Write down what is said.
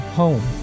home